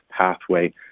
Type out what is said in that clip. pathway